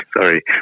Sorry